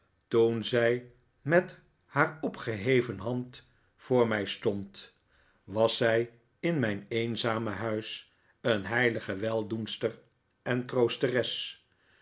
toen zij met haar opgeheven hand voor mij stond was zij in mijn eenzame huis een heilige weldoenster en troosteres